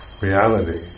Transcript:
reality